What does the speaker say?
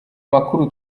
makuru